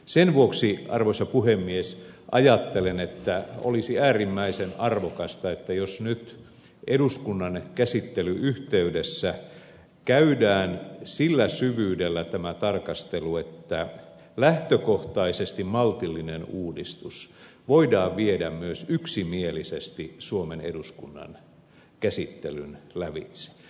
sen vuoksi arvoisa puhemies ajattelen että olisi äärimmäisen arvokasta jos nyt eduskunnan käsittelyn yhteydessä käydään sillä syvyydellä tämä tarkastelu että lähtökohtaisesti maltillinen uudistus voidaan viedä myös yksimielisesti suomen eduskunnan käsittelyn lävitse